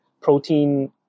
protein